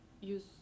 use